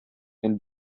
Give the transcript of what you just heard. and